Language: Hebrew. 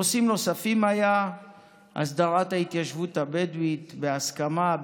נושאים נוספים היו הסדרת ההתיישבות הבדואית בהסכמה,